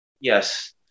Yes